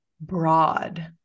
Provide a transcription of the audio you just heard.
broad